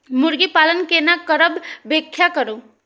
मुर्गी पालन केना करब व्याख्या करु?